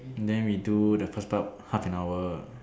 then we do the first part half an hour